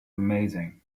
amazing